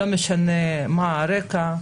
לא משנה מה הרקע.